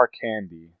candy